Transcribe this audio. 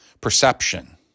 perception